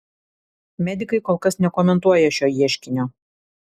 medikai kol kas nekomentuoja šio ieškinio